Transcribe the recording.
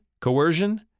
coercion